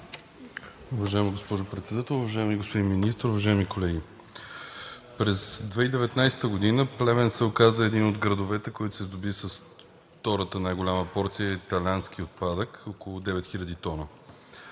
Уважаема госпожо Председател, уважаеми господин Министър, уважаеми колеги! През 2019 г. Плевен се оказа един от градовете, който се сдоби с втората най-голяма порция италиански отпадък – около 9 хил.